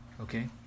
okay